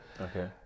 Okay